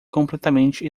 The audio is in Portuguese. completamente